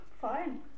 Fine